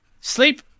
sleep